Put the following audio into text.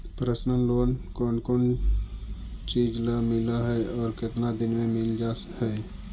Personal loan कोन कोन चिज ल मिल है और केतना दिन में मिल जा है?